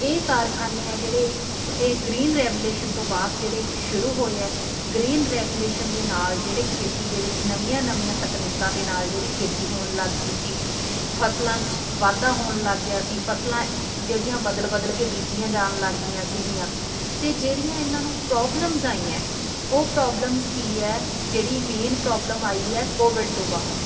ਇਹ ਕਾਰਖਾਨੇ ਆ ਜਿਹੜੇ ਇਹ ਗਰੀਨ ਰੈਵੂਲੇਸ਼ਨ ਤੋਂ ਬਾਅਦ ਜਿਹੜੇ ਸ਼ੁਰੂ ਹੋਏ ਹੈ ਗਰੀਨ ਰੈਵੂਲੇਸ਼ਨ ਦੇ ਨਾਲ ਜਿਹੜੇ ਖੇਤੀ ਦੇ ਵਿੱਚ ਨਵੀਆਂ ਨਵੀਆਂ ਤਕਨੀਕਾਂ ਦੇ ਨਾਲ ਜਿਹੜੀ ਖੇਤੀ ਹੋਣ ਲੱਗ ਗਈ ਸੀ ਫਸਲਾਂ 'ਚ ਵਾਧਾ ਹੋਣ ਲੱਗ ਗਿਆ ਸੀ ਫਸਲਾਂ ਜਿਹੜੀਆਂ ਬਦਲ ਬਦਲ ਕੇ ਬੀਜੀਆਂ ਜਾਣ ਲੱਗ ਗਈਆਂ ਸੀਗੀਆਂ ਅਤੇ ਜਿਹੜੀਆਂ ਇਹਨਾਂ ਨੂੰ ਪ੍ਰੋਬਲਮਸ ਆਈਆਂ ਉਹ ਪ੍ਰੋਬਲਮਸ ਕੀ ਹੈ ਜਿਹੜੀ ਮੇਨ ਪ੍ਰੋਬਲਮ ਆਈ ਹੈ ਕੋਵਿਡ ਤੋਂ ਬਾਅਦ